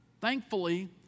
Thankfully